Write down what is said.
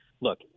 look